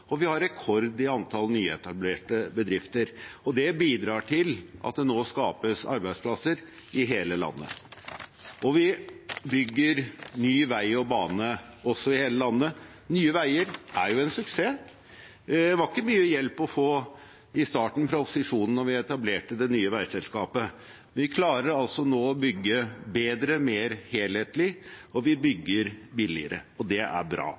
og vi har rekord i antall nyetablerte bedrifter. Det bidrar til at det nå skapes arbeidsplasser i hele landet. Og vi bygger ny vei og bane også i hele landet. Nye Veier er jo en suksess. Det var ikke mye hjelp å få fra opposisjonen i starten da vi etablerte det nye veiselskapet, men vi klarer nå å bygge bedre, mer helhetlig og billigere – og det er bra.